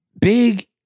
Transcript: Big